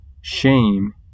Shame